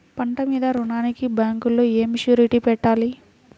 పంట మీద రుణానికి బ్యాంకులో ఏమి షూరిటీ పెట్టాలి?